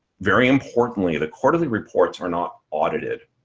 very importantly, the quarterly reports are not audited.